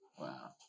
Wow